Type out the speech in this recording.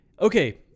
Okay